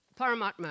Paramatma